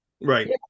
right